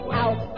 out